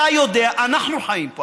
אתה יודע, אנחנו חיים פה.